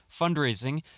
fundraising